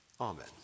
Amen